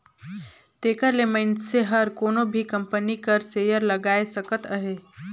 तेकर ले मइनसे हर कोनो भी कंपनी कर सेयर लगाए सकत अहे